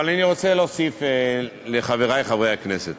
אבל אני רוצה להוסיף לחברי חברי הכנסת: